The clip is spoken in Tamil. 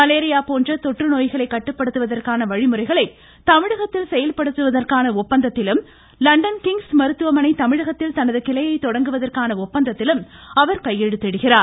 மலேரியா போன்ற தொற்றுநோய்களை கட்டுப்படுத்துவதற்கான வழிமுறைகளை தமிழகத்தில் செயல்படுத்துவதற்கான ஒப்பந்தத்திலும் லண்டன் கிங்ஸ் மருத்துவமனை தமிழகத்தில் கிளையை தனது தொடங்குவதற்கான ஒப்பந்தத்திலும் அவர் கையெழுத்திடுகிறார்